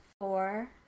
four